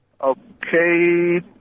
Okay